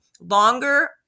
longer